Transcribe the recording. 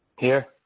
here.